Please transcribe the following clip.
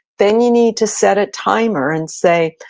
then you need to set a timer and say,